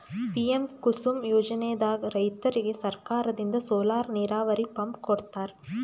PM Kusum ಯೋಜನೆದಾಗ್ ರೈತರಿಗ್ ಸರ್ಕಾರದಿಂದ್ ಸೋಲಾರ್ ನೀರಾವರಿ ಪಂಪ್ ಕೊಡ್ತಾರ